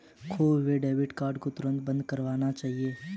खोये हुए debit card को तुरंत बंद करवाना चाहिए